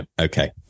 Okay